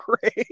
great